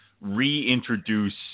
reintroduce